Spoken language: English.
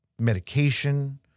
medication